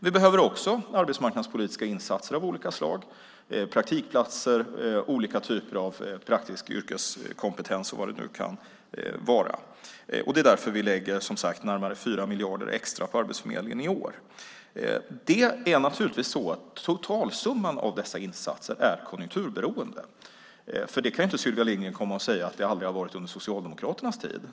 Vi behöver också arbetsmarknadspolitiska insatser av olika slag - praktikplatser, olika typer av praktisk yrkeskompetens och vad det nu kan vara. Det är därför vi som sagt lägger närmare 4 miljarder extra på Arbetsförmedlingen i år. Totalsumman av dessa insatser är konjunkturberoende. Sylvia Lindgren kan inte komma och säga att det aldrig har varit så under Socialdemokraternas tid.